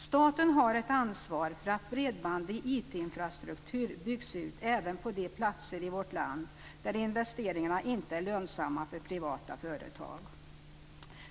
Staten har ett ansvar för att bredband i IT infrastruktur byggs ut även på de platser i vårt land där investeringarna inte är lönsamma för privata företag.